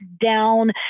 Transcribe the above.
down